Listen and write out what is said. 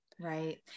Right